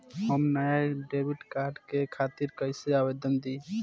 हम नया debit card के खातिर कइसे आवेदन दीं?